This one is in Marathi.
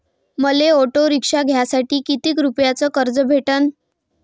मले ऑटो रिक्षा घ्यासाठी कितीक रुपयाच कर्ज भेटनं?